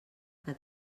que